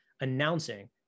announcing